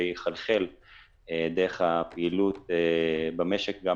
שיחלחל דרך הפעילות במשק גם